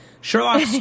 Sherlock